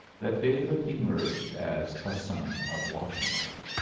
that david emerged as a son of washington.